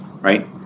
Right